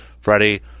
Freddie